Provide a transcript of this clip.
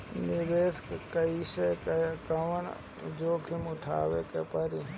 निवेस कईला मे कउन कउन जोखिम उठावे के परि?